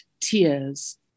tears